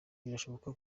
birashoboka